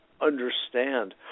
understand